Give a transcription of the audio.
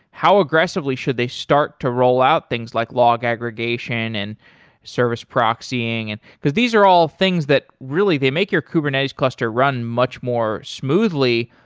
how aggressively should they start to roll out things like log aggregation and service proxying? and because these are all things that, really, they make your kubernetes cluster run much more smoothly,